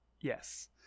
yes